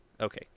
Okay